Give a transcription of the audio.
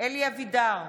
אלי אבידר,